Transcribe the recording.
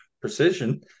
precision